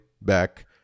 back